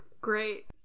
Great